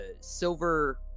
silver